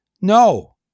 No